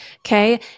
okay